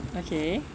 okay